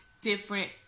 different